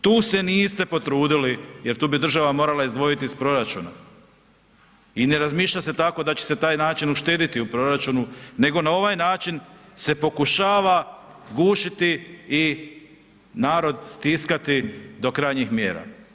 Tu se niste potrudili jer tu bi država morala izdvojiti iz proračuna i ne razmišlja se da će se taj način uštediti u proračunu, nego na ovaj način se pokušava gušiti i narod stiskati do krajnjih mjera.